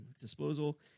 disposal